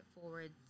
forward